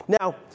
Now